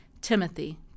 Timothy